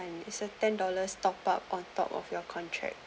is a ten dollars top up on top of your contract